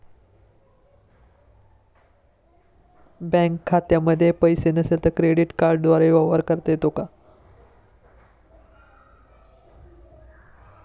Bank खात्यामध्ये पैसे नसले तरी क्रेडिट कार्डद्वारे व्यवहार करता येतो का?